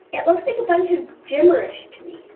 it looks like a bunch of gibberish to me.